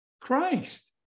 Christ